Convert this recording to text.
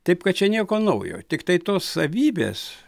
taip kad čia nieko naujo tiktai tos savybės